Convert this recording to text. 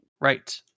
Right